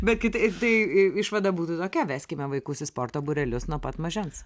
bet kitaip tai išvada būtų tokia veskime vaikus į sporto būrelius nuo pat mažens